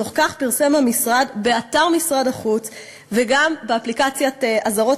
ובתוך כך פרסם המשרד באתר משרד החוץ וגם באפליקציית אזהרות